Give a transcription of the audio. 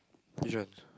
which one